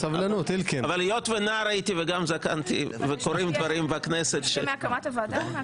אבל היות ונער הייתי וגם זקנתי וקורים דברים בכנסת --- מהקמת הוועדה?